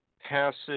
passage